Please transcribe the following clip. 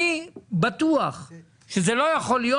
אני בטוח שזה לא יכול להיות.